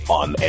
on